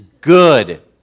good